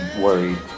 worried